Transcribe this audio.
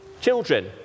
Children